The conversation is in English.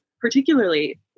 particularly